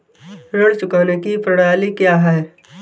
ऋण चुकाने की प्रणाली क्या है?